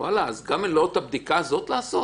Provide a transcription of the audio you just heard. גם את הבדיקה הזאת לא לעשות?